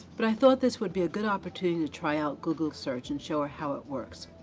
but i thought this would be a good opportunity to try out google search and show her how it works.